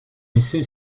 essai